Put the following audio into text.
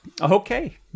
Okay